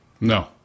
No